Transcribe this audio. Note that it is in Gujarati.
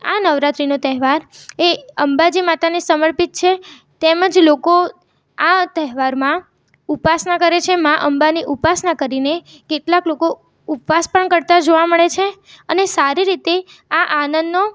આ નવરાત્રિનો તહેવાર એ અંબાજી માતાને સમર્પિત છે તેમજ લોકો આ તહેવારમાં ઉપાસના કરે છે મા અંબાની ઉપાસના કરીને કેટલાક લોકો ઉપવાસ પણ કરતા જોવા મળે છે અને સારી રીતે આ આનંદનો